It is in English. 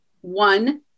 one